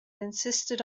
insisted